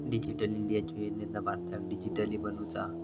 digital इंडियाच्या योजनेतना भारताक डीजिटली बनवुचा हा